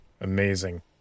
Amazing